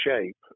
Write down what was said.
shape